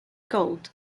gold